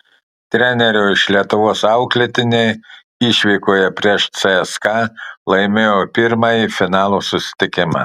trenerio iš lietuvos auklėtiniai išvykoje prieš cska laimėjo pirmąjį finalo susitikimą